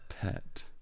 pet